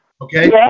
Okay